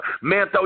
Mental